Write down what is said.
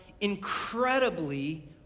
incredibly